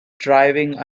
driving